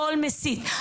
כל מסית.